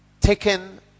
taken